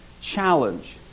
challenge